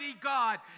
God